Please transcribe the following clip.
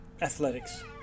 Athletics